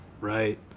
right